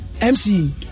MC